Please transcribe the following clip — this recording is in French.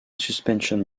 suspension